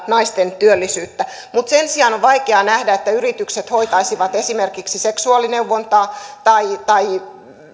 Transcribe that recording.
naisten työllisyyttä mutta sen sijaan on vaikea nähdä että yritykset hoitaisivat esimerkiksi seksuaalineuvontaa tai tai